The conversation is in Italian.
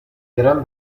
gran